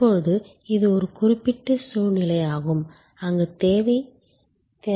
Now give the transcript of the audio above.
இப்போது இது ஒரு குறிப்பிட்ட சூழ்நிலையாகும் அங்கு தேவை திறனை விட அதிகமாக உள்ளது